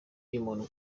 iy’umuntu